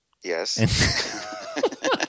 Yes